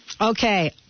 Okay